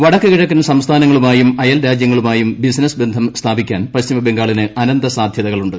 വടക്കു കിഴക്കൻ സംസ്ഥാനങ്ങളുമായും അയൽരാജ്യങ്ങളുമായും ബിസിനസ്സ് ബന്ധം സ്ഫ്രാപ്പിക്കാൻ പശ്ചിമബംഗാളിന് അനന്ത സാധൃതകളുണ്ട്